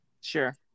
sure